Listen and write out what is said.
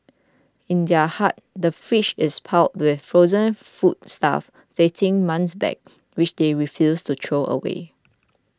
in their hut the fridge is piled with frozen foodstuff dating months back which they refuse to throw away